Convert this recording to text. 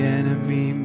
enemy